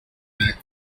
mac